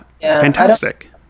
fantastic